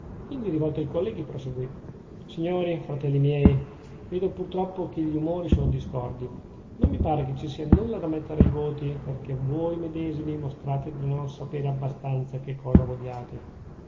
indi rivolto ai colleghi proseguì signori fratelli miei vedo pur troppo che gli umori sono discordi non mi pare che ci sia nulla da mettere ai voti perchè voi medesimi mostrate di non sapere abbastanza che cosa vogliate